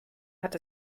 hat